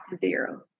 zero